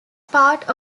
part